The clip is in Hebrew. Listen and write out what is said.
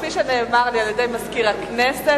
כפי שנאמר לי על-ידי מזכיר הכנסת,